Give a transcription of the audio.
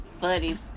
funny